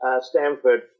Stanford